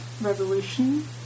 revolution